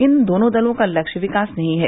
इन दोनों दलों का लक्ष्य विकास नहीं है